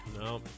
No